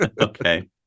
okay